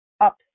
up